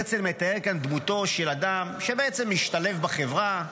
הרצל מתאר כאן דמותו של אדם שבעצם משתלב בחברה,